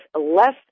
less